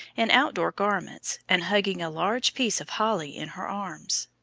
in out-door garments, and hugging a large piece of holly in her arms.